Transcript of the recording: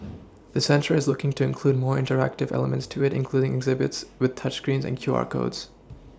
the centre is looking to include more interactive elements to it including exhibits with touch screens and Q R codes